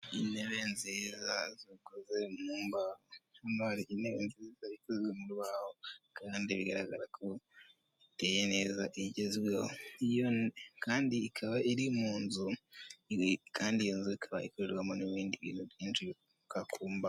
Intebe nziza zakoze mu mbaho. Hano hari intebe nziza ikozwe mu rubaho kandi bigaragara ko iteye neza igezweho kandi ikaba iri mu nzu kandi iyi nzu ikaba ikorerwamo n'ibindi bintu byinshi bituruka ku mbaho.